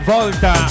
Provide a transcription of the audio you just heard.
Volta